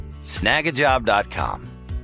Snagajob.com